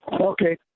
Okay